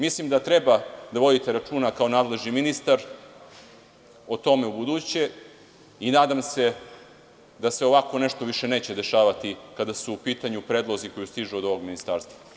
Mislim da treba da vodite računa kao nadležni ministar o tome ubuduće i nadam se da se ovako nešto više neće dešavati kada su u pitanju predlozi koji stižu od ovog ministarstva.